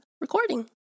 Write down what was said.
recording